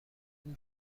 بود